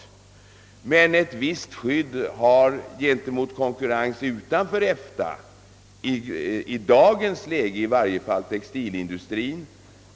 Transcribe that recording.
Men ett visst skydd har gentemot konkurrens utanför EFTA, i dagens läge i varje fall, textilindustrien.